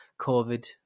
COVID